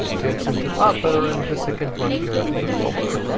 goes into upper and the second one goes to lower.